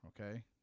okay